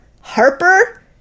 Harper